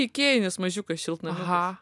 ikėjinis mažiukas šiltnamiukas